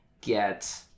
get